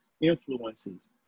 influences